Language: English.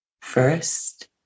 First